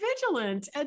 vigilant